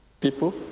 people